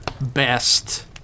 Best